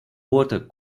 water